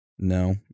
No